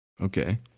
Okay